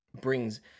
brings